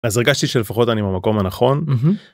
אז הרגשתי שלפחות אני במקום הנכון.